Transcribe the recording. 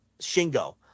Shingo